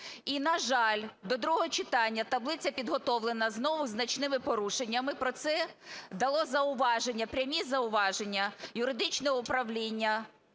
І, на жаль, до другого читання таблиця підготовлена знову зі значними порушеннями. Про це дало зауваження, прямі зауваження, юридичне управління